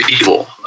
evil